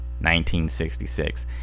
1966